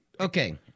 Okay